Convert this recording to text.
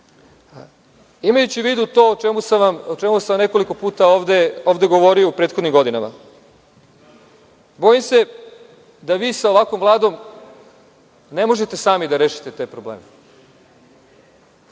u vidu to o čemu sam nekoliko puta govorio prethodnih godina, bojim se da vi sa ovakvom Vladom ne možete sami da rešite te probleme,